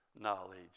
knowledge